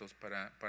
para